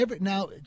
now